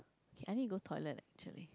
I need to go toilet actually